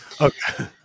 Okay